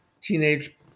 teenage